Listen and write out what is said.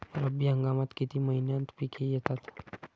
रब्बी हंगामात किती महिन्यांत पिके येतात?